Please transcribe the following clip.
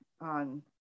on